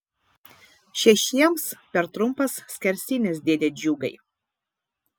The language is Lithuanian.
šešiems per trumpas skersinis dėde džiugai